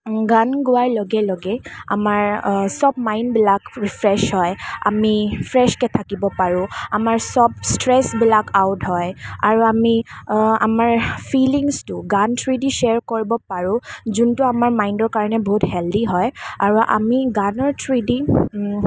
গান গোৱাৰ লগে লগে আমাৰ সব মাইণ্ডবিলাক ৰিফ্ৰেছ হয় আমি ফ্ৰেছকৈ থাকিব পাৰোঁ আমাৰ সব ষ্ট্ৰেছবিলাক আউট হয় আৰু আমি আমাৰ ফিলিংছটো গান থ্ৰোৱেদি ছেয়াৰ কৰিব পাৰোঁ যোনটো আমাৰ মাইণ্ডৰ কাৰণে বহুত হেল্থী হয় আৰু আমি গানৰ থ্ৰোৱেদি